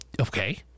Okay